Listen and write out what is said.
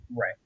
Right